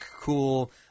cool